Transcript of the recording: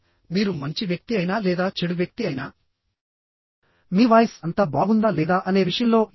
కాబట్టి మీరు మంచి వ్యక్తి అయినా లేదా చెడు వ్యక్తి అయినా మీ వాయిస్ అంతా బాగుందా లేదా అనే విషయంలో ఎ